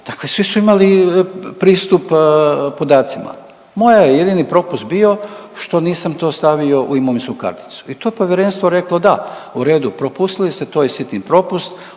dakle svi su imali pristup podacima. Moj je jedini propust bio što nisam to stavio u imovinsku karticu i to je povjerenstvo reklo da u redu, propustili ste, to je sitni propust,